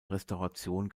restauration